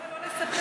אבל למה לא לספח?